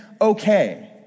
okay